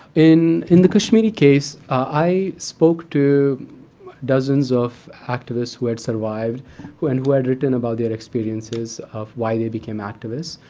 in in the kashmiri case, i spoke to dozens of activists who had survived and who had written about their experiences of why they became activists.